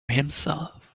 himself